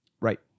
Right